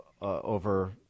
Over